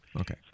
Okay